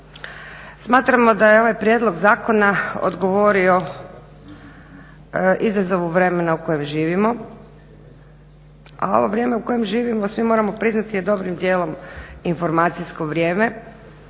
Smatramo da je ovaj prijedlog zakona odgovorio izazovu vremena u kojem živimo, a ovo vrijeme u kojem živimo svi moramo priznati je dobrim dijelom informacijsko vrijeme.